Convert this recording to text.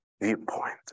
viewpoint